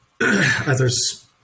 others